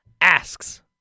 asks